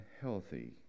healthy